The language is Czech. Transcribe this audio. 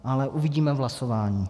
Ale uvidíme v hlasování.